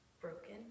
broken